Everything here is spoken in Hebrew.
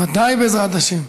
בוודאי בעזרת השם.